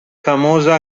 famosa